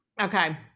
Okay